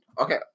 Okay